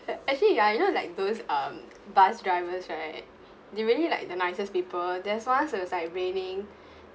actually ah you know like those um bus drivers right they really like the nicest people there's one it was like raining